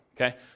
Okay